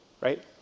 right